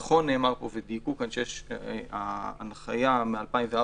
נכון נאמר כאן ודייקו כאן שהנחיה מ-2004,